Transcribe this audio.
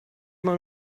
man